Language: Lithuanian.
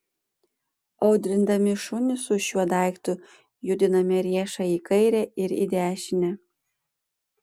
audrindami šunį su šiuo daiktu judiname riešą į kairę ir į dešinę